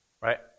right